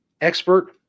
Expert